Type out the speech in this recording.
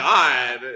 God